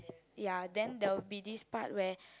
ya then there will be this part where